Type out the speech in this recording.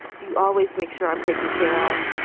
you always make sure i'm taking care of.